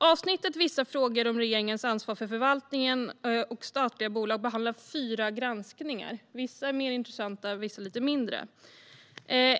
I kapitlet "Vissa frågor om regeringens ansvar för förvaltningen och statliga bolag" behandlas fyra granskningar - vissa mer intressanta, vissa lite mindre.